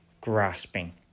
grasping